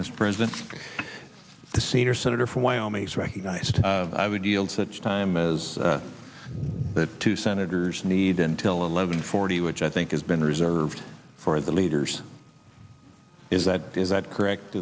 this prison the senior senator from wyoming is recognized i would yield such time as the two senators need until eleven forty which i think has been reserved for the leaders is that is that correct